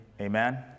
Amen